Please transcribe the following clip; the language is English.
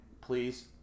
please